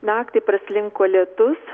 naktį praslinko lietus